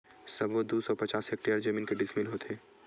सबो दू सौ पचास हेक्टेयर जमीन के डिसमिल होथे?